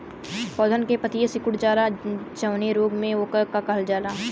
पौधन के पतयी सीकुड़ जाला जवने रोग में वोके का कहल जाला?